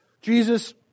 Jesus